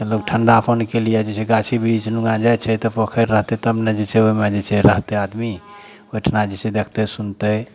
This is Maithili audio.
तऽ लोग ठंडापनके लिए जे छै गाछी बृक्ष लुगाँ जाइ छै तऽ पोखरि रहतै तब ने जे छै ने ओहिमे रहतै आदमी ओहिठिना जे देखतै सुनतै